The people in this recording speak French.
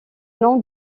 nom